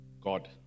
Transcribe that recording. God